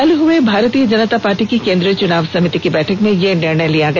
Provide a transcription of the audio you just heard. कल हुए भारतीय जनता पार्टी की केंद्रीय चुनाव समिति की बैठक में यह निर्णय लिया गया